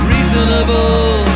Reasonable